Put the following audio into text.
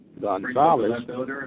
Gonzalez